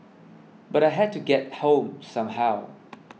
but I had to get home somehow